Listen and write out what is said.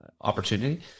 opportunity